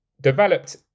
Developed